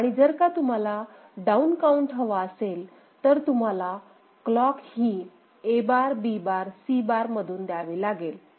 आणि जर का तुम्हाला डाऊन काउंट हवा असेल तर तुम्हाला क्लॉक ही A बारB बार आणि C बार मधून द्यावी लागेल